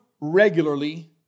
regularly